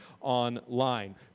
online